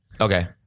okay